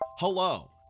Hello